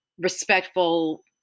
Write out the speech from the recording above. respectful